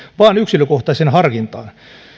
vaan yksilökohtaiseen harkintaan